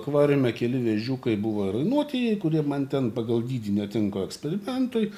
akvariume keli vėžiukai buvo ir rainuotieji kurie man ten pagal dydį netinka eksperimentui